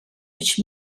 which